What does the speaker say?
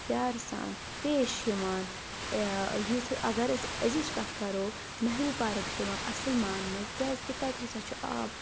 پیارٕ سان پیش یِوان یِتھۍ اَگر أسۍ أزِچ کَتھ کَرو نہروٗ پارَک چھےٚ یِوان اَصٕل ماننہٕ کیازکہِ تَتہِ ہَسا چھُ آب